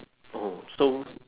mm so